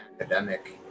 academic